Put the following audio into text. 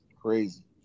Crazy